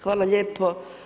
Hvala lijepo.